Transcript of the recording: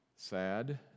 Sad